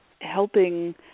helping